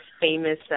famous